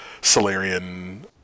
Solarian